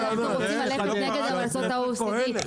אנחנו רוצים ללכת נגד המלצות ה-OECD?